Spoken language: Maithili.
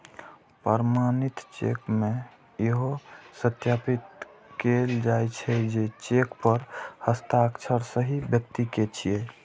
प्रमाणित चेक मे इहो सत्यापित कैल जाइ छै, जे चेक पर हस्ताक्षर सही व्यक्ति के छियै